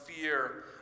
fear